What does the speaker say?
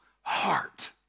heart